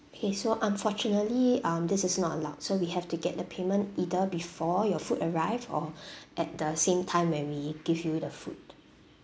okay so unfortunately um this is not allowed so we have to get the payment either before your food arrive or at the same time when we give you the food